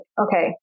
okay